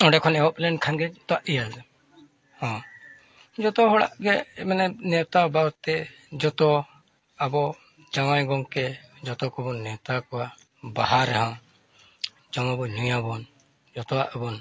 ᱚᱸᱰᱮ ᱠᱷᱚᱱ ᱮᱦᱚᱵ ᱞᱮᱱᱠᱷᱟᱱ ᱜᱮ ᱡᱚᱛᱚᱣᱟᱜ ᱤᱭᱟᱹᱜᱮ ᱦᱚᱸ ᱡᱚᱛᱚ ᱦᱚᱲᱟᱜ ᱜᱮ ᱢᱟᱱᱮ ᱱᱮᱣᱛᱟ ᱵᱟᱨᱛᱮ ᱡᱚᱛᱚ ᱟᱵᱚ ᱡᱟᱶᱟᱭ ᱜᱚᱢᱠᱮ ᱡᱚᱛᱚ ᱠᱚᱵᱚᱱ ᱱᱮᱣᱛᱟ ᱠᱚᱣᱟ ᱵᱟᱦᱟ ᱨᱮᱦᱚᱸ ᱡᱚᱢ ᱟᱵᱚᱱ ᱧᱩᱭ ᱟᱵᱚᱱ ᱡᱚᱛᱚᱣᱟᱜ ᱵᱚᱱ